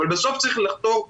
אבל בסוף צריך לחתור לקונצנזוס.